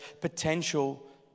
potential